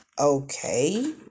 Okay